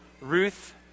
Ruth